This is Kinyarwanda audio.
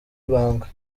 ibanga